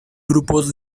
grupos